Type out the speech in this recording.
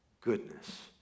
goodness